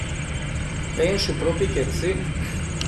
Pensu propri che si